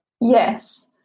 Yes